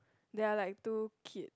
there are like there are like two kids